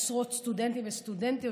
עשרות סטודנטים וסטודנטיות